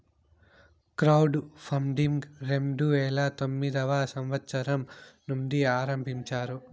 crowd funding రెండు వేల తొమ్మిదవ సంవచ్చరం నుండి ఆరంభించారు